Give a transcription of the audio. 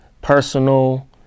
personal